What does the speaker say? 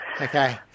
Okay